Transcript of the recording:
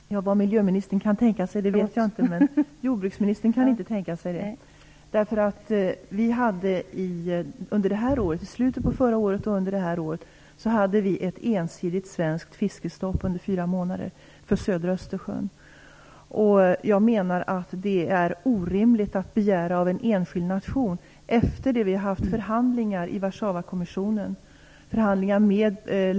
Fru talman! Vad miljöministern kan tänka sig vet jag inte, men jordbruksministern kan inte tänka sig det. Vi hade i slutet på förra året och under detta år ett ensidigt svenskt fiskestopp under fyra månader för södra Östersjön. Jag menar att det är orimligt att begära detta av en enskild nation efter det att vi har haft förhandlingar med länderna runt Östersjön i Warszawakommissionen.